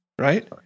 right